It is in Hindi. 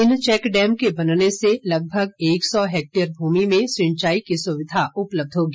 इन चैक डैम के बनने से लगभग एक सौ हैक्टेयर भूमि में सिंचाई की सुविधा उपलब्ध होगी